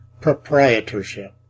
proprietorship